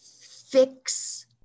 fix